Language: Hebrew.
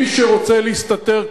מי שרוצה להסתתר,